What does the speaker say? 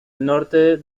norte